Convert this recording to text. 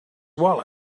wallet